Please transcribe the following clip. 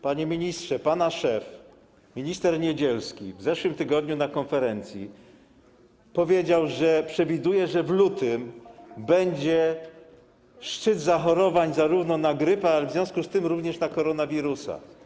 Panie ministrze, pana szef minister Niedzielski w zeszłym tygodniu na konferencji powiedział, że przewiduje, że w lutym będzie szczyt zachorowań na grypę, a w związku z tym również na COVID.